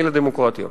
לדמוקרטיה,